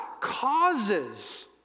causes